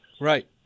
Right